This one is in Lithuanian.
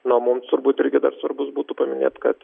na o mums turbūt irgi svarbus būtų paminėt kad